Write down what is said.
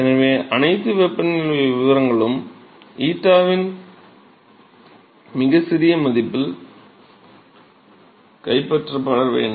எனவே அனைத்து வெப்பநிலை வடிவங்களும் 𝞰 வின் மிகச் சிறிய மதிப்பில் கைப்பற்றப்பட வேண்டும்